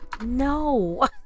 No